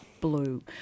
blue